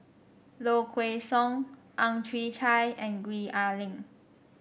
Low Kway Song Ang Chwee Chai and Gwee Ah Leng